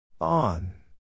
On